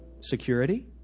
Security